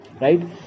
Right